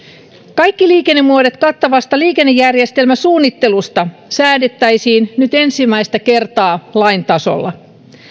kaikki liikennemuodot kattavasta liikennejärjestelmäsuunnittelusta säädettäisiin nyt ensimmäistä kertaa lain tasolla